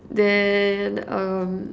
then um